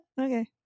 Okay